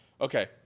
okay